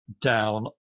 down